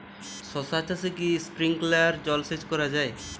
শশা চাষে কি স্প্রিঙ্কলার জলসেচ করা যায়?